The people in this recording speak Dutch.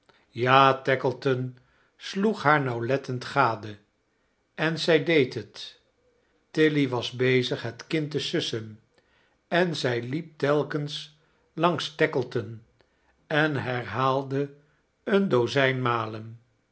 ja tackleton sloeg haar nauwlettend gade en zij deed het tilly was bezig het kind te sussen en zij liep telkens langs tackleton en herhaalde een dozijn maleai